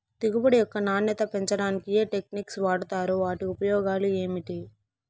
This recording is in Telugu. దిగుబడి యొక్క నాణ్యత పెంచడానికి ఏ టెక్నిక్స్ వాడుతారు వాటి ఉపయోగాలు ఏమిటి?